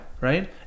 Right